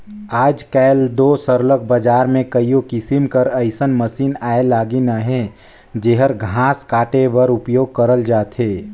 आएज काएल दो सरलग बजार में कइयो किसिम कर अइसन मसीन आए लगिन अहें जेहर घांस काटे बर उपियोग करल जाथे